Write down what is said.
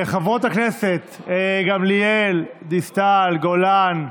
חברות הכנסת גמליאל, דיסטל, גולן,